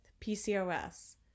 PCOS